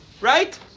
Right